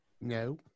No